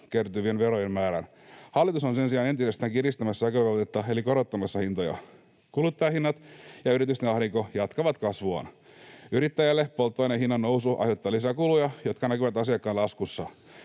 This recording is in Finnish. kertyvien verojen määrään. Hallitus on sen sijaan entisestään kiristämässä sekoitevelvoitetta eli korottamassa hintoja. Kuluttajahinnat ja yritysten ahdinko jatkavat kasvuaan. Yrittäjälle polttoaineen hinnan nousu aiheuttaa lisäkuluja, jotka näkyvät asiakkaan laskussa.